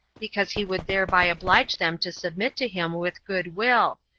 because he would thereby oblige them to submit to him with goodwill,